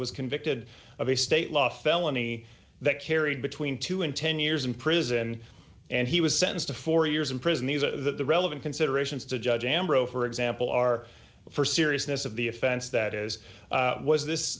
was convicted of a state law felony that carry between two and ten years in prison and he was sentenced to four years in prison these are the relevant considerations to judge amro for example are for seriousness of the offense that is was this